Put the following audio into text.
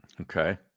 Okay